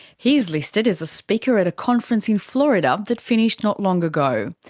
he's listed as a speaker at a conference in florida that finished not long ago.